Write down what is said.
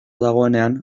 dagoenean